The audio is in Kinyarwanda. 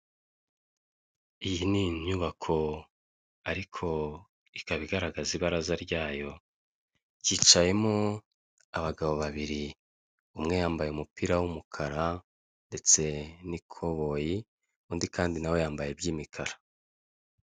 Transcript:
Iyi ni inyubako ariko ikaba igaragaza ibaraza ryayo, yicayemo abagabo babiri, umwe yambaye umupira w'umukara ndetse n'ikoboyi, undi kandi nawe yambaye iby'imikara.